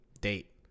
date